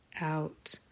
out